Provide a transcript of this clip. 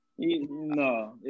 no